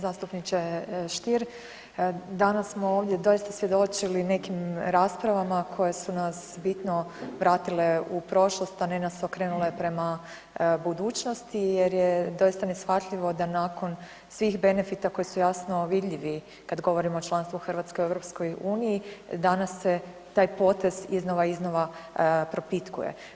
Zastupniče Stier, danas smo ovdje doista svjedočili nekim raspravama koje su nas bitno vratile u prošlost, a ne nas okrenule prema budućnosti jer je doista neshvatljivo da nakon svih benefita koji su jasno vidljivo kad govorimo o članstvu Hrvatske u EU danas se taj potez iznova i iznova propitkuje.